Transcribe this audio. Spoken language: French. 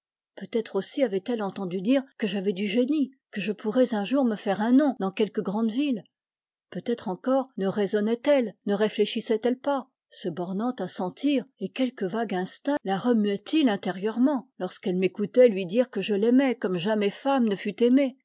peut-être aussi avait-elle entendu dire que j'avais du génie que je pourrais un jour me faire un nom dans quelque grande ville peut-être encore ne raisonnait elle ne réfléchissait elle pas se bornant à sentir et quelque vague instinct la remuait il intérieurement lorsqu'elle m'écoutait lui dire que je l'aimais comme jamais femme ne fut aimée